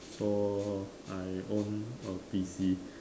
so I own a P_C